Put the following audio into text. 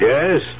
Yes